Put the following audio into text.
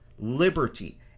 liberty